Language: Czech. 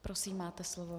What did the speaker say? Prosím, máte slovo.